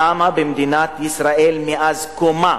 למה במדינת ישראל, מאז קומה,